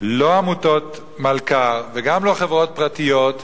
לא עמותות מלכ"ר וגם לא חברות פרטיות,